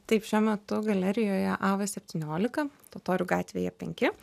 taip šiuo metu galerijoje av septyniolika totorių gatvėje penki